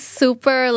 super